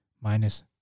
minus